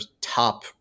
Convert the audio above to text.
top